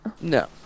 No